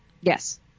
Yes